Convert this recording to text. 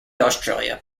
australia